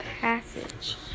passage